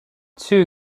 two